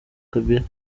kabila